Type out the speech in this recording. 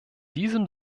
diesem